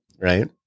right